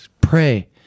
pray